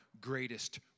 greatest